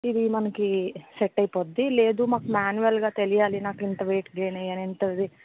ఇది మనకు సెట్ అయిపోద్ది లేదు మాకు మాన్యువల్గా తెలియాలి నాకు ఇంత వైట్ గైన్ అయ్యాను ఇంత